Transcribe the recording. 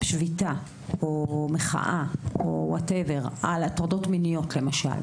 שביתה או מחאה על הטרדות מיניות למשל,